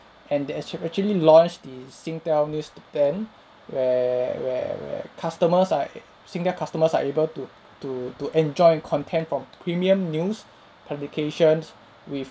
and they actual actually launched the singtel newsstand where where where customers are like single customers are able to to to enjoy content from premium news publications with